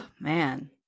man